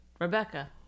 rebecca